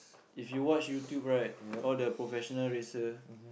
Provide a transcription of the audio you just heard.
if you watch YouTube right all the professional racer